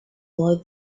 boy